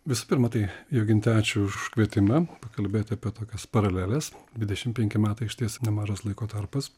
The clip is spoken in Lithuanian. visų pirma tai joginte ačiū už kvietimą pakalbėt apie tokias paraleles dvidešimt penki metai išties nemažas laiko tarpas